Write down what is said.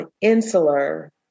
insular